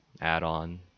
add-on